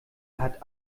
hat